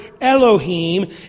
Elohim